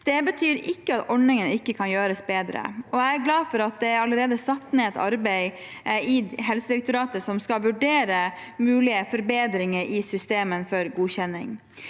Det betyr ikke at ordningene ikke kan gjøres bedre. Jeg er glad for at det allerede er satt i gang et arbeid i Helsedirektoratet der mulige forbedringer i systemet for godkjenning